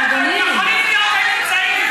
הם יכולים להיות בגיל צעיר.